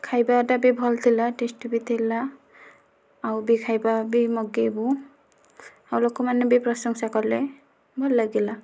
ଖାଇବାଟା ବି ଭଲ ଥିଲା ଟେଷ୍ଟି ବି ଥିଲା ଆଉ ବି ଖାଇବା ବି ମଗେଇବୁ ଆଉ ଲୋକମାନେ ବି ପ୍ରଶଂସା କଲେ ଭଲ ଲାଗିଲା